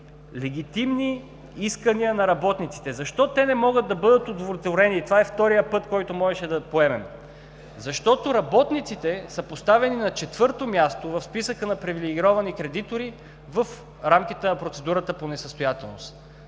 легитимни искания на работниците, защо те не могат да бъдат удовлетворени. Това е вторият път, който можеше да поемем, защото работниците са поставени на четвърто място в списъка на привилегировани кредитори в рамките на процедурата по несъстоятелност.